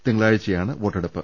തിങ്കളാഴ്ചയാണ് വോട്ടെടുപ്പ്